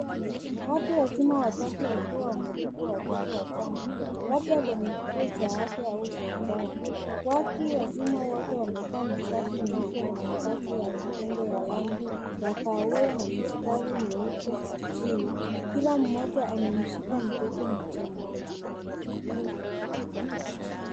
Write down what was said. Watu wazima watatu wakiwa wamebeba watoto wachanga labda kwenye kituo cha afya au hospitali. Watu wazima wote wamevaa mashati meupe na mavazi ya kitenge ya rangi ya kahawia na mistari nyeupe chini. Kila mmoja amemshika mtoto mchanga.